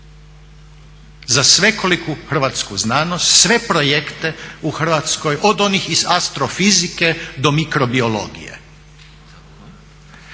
Za svekoliku hrvatsku znanost, sve projekte u Hrvatskoj, od onih iz astrofizike do mikrobiologije.